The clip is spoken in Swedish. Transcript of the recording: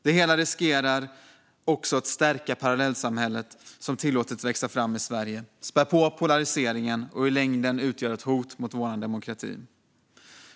Det hela riskerar också att stärka parallellsamhället som har tillåtits växa fram i Sverige, spä på polariseringen och i längden utgöra ett hot mot vår demokrati.